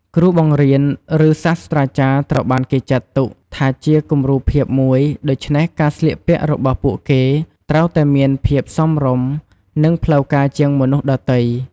គ្រូបង្រៀន ឬ សាស្ត្រាចារ្យត្រូវបានគេចាត់ទុកថាជាគំរូភាពមួយ ដូច្នេះការស្លៀកពាក់របស់ពួកគេត្រូវតែមានភាពសមរម្យ និងផ្លូវការជាងមនុស្សដទៃ។